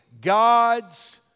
God's